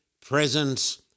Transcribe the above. presence